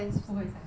不会想看